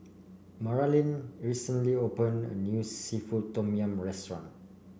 Maralyn recently opened a new seafood Tom Yum restaurant